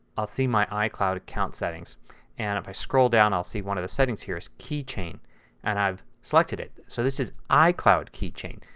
will see my icloud account settings and if i scroll down i will see one of the settings here as keychain and i've selected it. so this is icloud keychain.